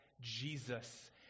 Jesus